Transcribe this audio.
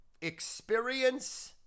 experience